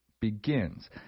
begins